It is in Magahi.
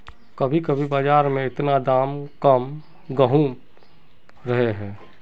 कभी कभी बाजार में इतना दाम कम कहुम रहे है?